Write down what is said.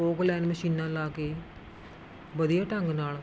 Poclain ਮਸ਼ੀਨਾਂ ਲਗਾ ਕੇ ਵਧੀਆ ਢੰਗ ਨਾਲ